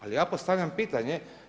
Ali ja postavljam pitanje.